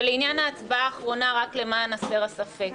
ולעניין ההצבעה האחרונה רק למען הסר ספק.